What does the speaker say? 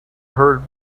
heard